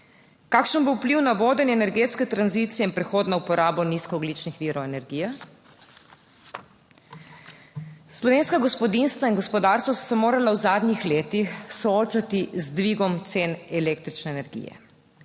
Kakšen bo vpliv na vodenje energetske tranzicije in prehod na uporabo nizkoogljičnih virov energije? Slovenska gospodinjstva in gospodarstvo so se morala v zadnjih letih soočati z dvigom cen električne energije.